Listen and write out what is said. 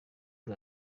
bwo